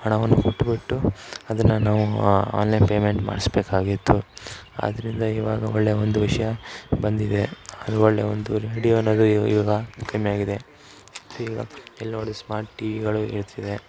ಹಣವನ್ನು ಕೊಟ್ಬಿಟ್ಟು ಅದನ್ನು ನಾವು ಆನ್ಲೈನ್ ಪೇಮೆಂಟ್ ಮಾಡಿಸ್ಬೇಕಾಗಿತ್ತು ಆದ್ದರಿಂದ ಇವಾಗ ಒಳ್ಳೆ ಒಂದು ವಿಷಯ ಬಂದಿದೆ ಅದು ಒಳ್ಳೆಯ ಒಂದು ರೇಡಿಯೋ ಅನ್ನೋದು ಇವಾಗ ಕಮ್ಮಿಯಾಗಿದೆ ಈಗ ಎಲ್ಲಿ ನೋಡಿ ಸ್ಮಾರ್ಟ್ ಟಿವಿಗಳು ಇರ್ತದೆ